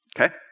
Okay